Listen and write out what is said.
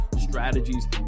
strategies